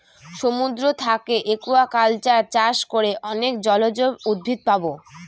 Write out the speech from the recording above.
সমুদ্র থাকে একুয়াকালচার চাষ করে অনেক জলজ উদ্ভিদ পাবো